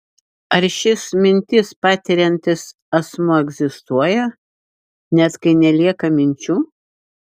ar šis mintis patiriantis asmuo egzistuoja net kai nelieka minčių